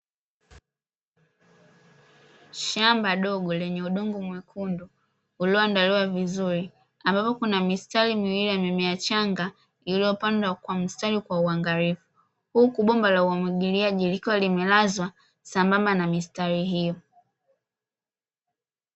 Shamba dogo lenye udongo mwekundu uliyoandaliwa vizuri, ambapo kuna mistari miwili ya mimea changa, iliyopandwa kwa mstari kwa uangalifu, huku bomba la umwagiliaji likiwa limalazwa sambamba na mistari hiyo.